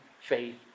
faith